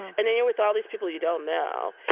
and then you're with all these people you don't know.